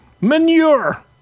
Manure